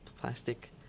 plastic